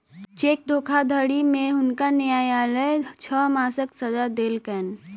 cheque धोखाधड़ी में हुनका न्यायलय छह मासक सजा देलकैन